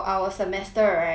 the internship